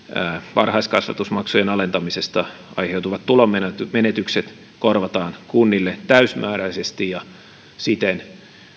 varhaiskasvatusmaksujen alentamisesta aiheutuvat tulonmenetykset korvataan kunnille täysimääräisesti ja siten